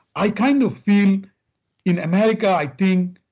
i kind of feel in america i think,